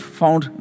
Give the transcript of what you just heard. found